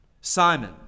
Simon